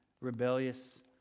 rebellious